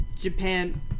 Japan